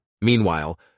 Meanwhile